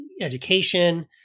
education